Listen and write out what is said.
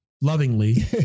lovingly